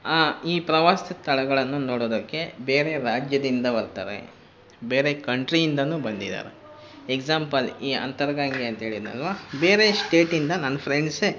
ಈ ಪ್ರವಾಸಿ ಸ್ಥಳಗಳನ್ನು ನೋಡೋದಕ್ಕೆ ಬೇರೆ ರಾಜ್ಯದಿಂದ ಬರ್ತಾರೆ ಬೇರೆ ಕಂಟ್ರಿಯಿಂದ ಬಂದಿದಾರೆ ಎಕ್ಸಾಂಪಲ್ ಈ ಅಂತರಗಂಗೆ ಅಂತೇಳಿದೆನಲ್ವಾ ಬೇರೆ ಸ್ಟೇಟಿಂದ ನನ್ನ ಫ್ರೆಂಡ್ಸೇ